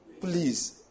Please